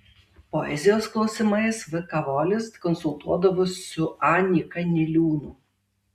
poezijos klausimais v kavolis konsultuodavosi su a nyka niliūnu